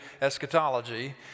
eschatology